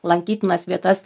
lankytinas vietas